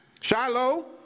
Shiloh